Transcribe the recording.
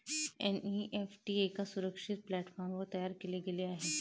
NEFT एका सुरक्षित प्लॅटफॉर्मवर तयार केले गेले आहे